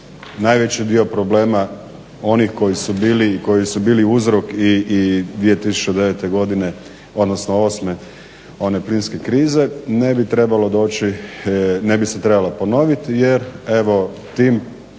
najveći dio problema onih koji su bili uzrok i 2008.godine one plinske krize ne bi se trebalo ponoviti jer evo tim